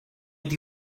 mynd